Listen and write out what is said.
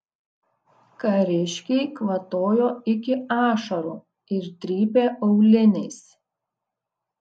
kariškiai kvatojo iki ašarų ir trypė auliniais